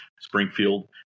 Springfield